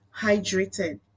hydrated